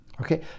Okay